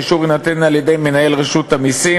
שהאישור יינתן על-ידי מנהל רשות המסים